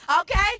okay